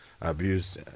abuse